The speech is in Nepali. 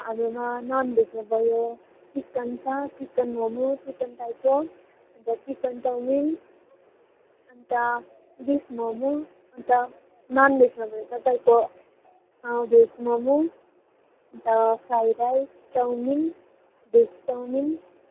हाम्रोमा ननभेजमा भयो चिकन छ चिकन मोमो चिकन टाइपो अन्त चिकन चौमिन अन्त बिफ मोमो अन्त ननभेज छोडेर तपाईँको भेज मोमो अन्त fry rice chowmein veg chowmein